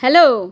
hello